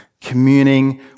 Communing